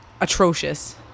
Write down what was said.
atrocious